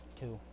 two